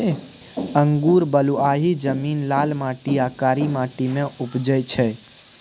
अंगुर बलुआही जमीन, लाल माटि आ कारी माटि मे उपजै छै